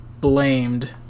blamed